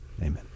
Amen